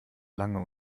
lange